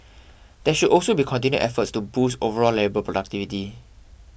there should also be continued efforts to boost overall labour productivity